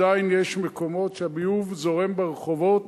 עדיין יש מקומות שבהם הביוב זורם ברחובות.